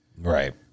Right